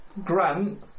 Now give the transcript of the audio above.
Grant